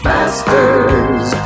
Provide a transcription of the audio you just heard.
Masters